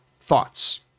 thoughts